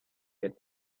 get